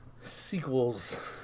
Sequels